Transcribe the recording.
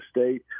State